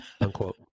Unquote